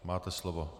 Máte slovo.